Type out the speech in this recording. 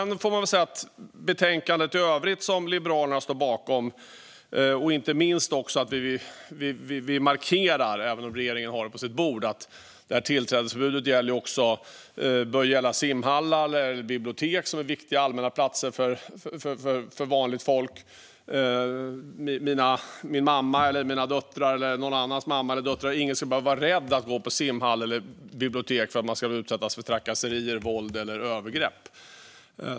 När det gäller betänkandet i övrigt, som Liberalerna står bakom, markerar vi, även om regeringen har det på sitt bord, att tillträdesförbudet också bör gälla simhallar, bibliotek och andra allmänna platser som är viktiga för vanligt folk. Min mamma och mina döttrar eller någon annans mamma eller döttrar ska inte behöva vara rädda för att gå till biblioteket eller simhallen för att de kan utsättas för trakasserier, våld eller övergrepp.